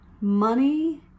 money